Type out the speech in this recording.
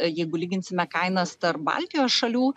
jeigu lyginsime kainas tarp baltijos šalių